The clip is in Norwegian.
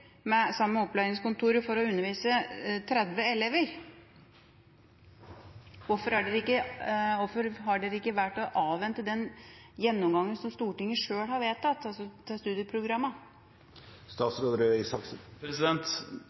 gå sammen med samme opplæringskontor for å undervise 30 elever. Hvorfor har en ikke valgt å avvente den gjennomgangen av studieprogrammene som Stortinget sjøl har vedtatt?